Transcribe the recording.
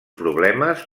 problemes